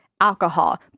alcohol